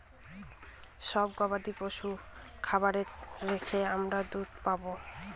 সব গবাদি পশু খামারে রেখে আমরা দুধ পাবো